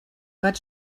but